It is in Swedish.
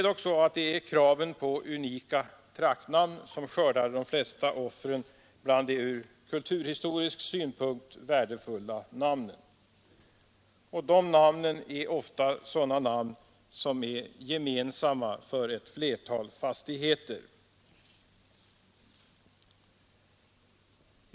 Det är kraven på unika traktnamn som skördar de flesta offren bland de ur kulturhistorisk synpunkt värdefulla namnen. De namnen är ofta sådana namn som är gemensamma för ett flertal fastigheter.